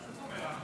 סעיפים 1